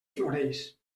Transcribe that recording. floreix